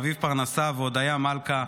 אביב פרנסה והודיה מלכה,